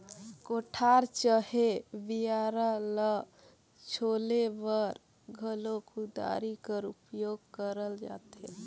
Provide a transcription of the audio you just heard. कोठार चहे बियारा ल छोले बर घलो कुदारी कर उपियोग करल जाथे